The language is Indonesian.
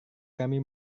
kami